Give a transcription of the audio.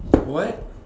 what